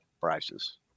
prices